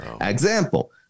Example